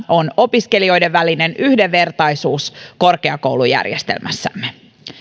on opiskelijoiden välinen yhdenvertaisuus korkeakoulujärjestelmässämme